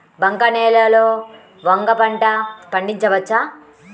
బంక నేలలో వంగ పంట పండించవచ్చా?